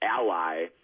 ally